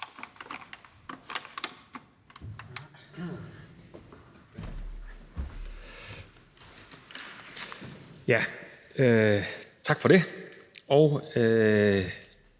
Tak for det.